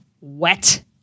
wet